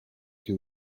que